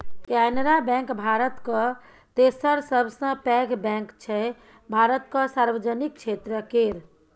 Canara bank भारतक तेसर सबसँ पैघ बैंक छै भारतक सार्वजनिक क्षेत्र केर